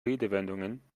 redewendungen